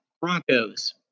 Broncos